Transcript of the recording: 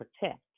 protect